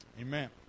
Amen